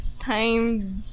time